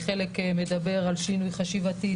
חלק מדבר על שינוי חשיבתי,